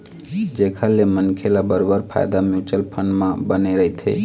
जेखर ले मनखे ल बरोबर फायदा म्युचुअल फंड म बने रहिथे